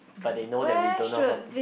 but they know that we don't know how to